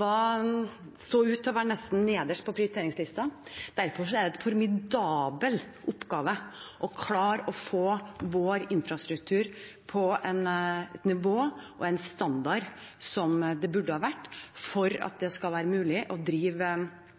så ut til å være nesten nederst på prioriteringslisten. Derfor er det en formidabel oppgave å klare å få vår infrastruktur opp på det nivået og den standarden som den burde ha hatt, for at det skal være mulig for bedriftene å drive